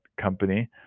company